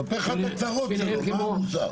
מספר לך את הצרות שלו, מה מוסר.